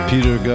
Peter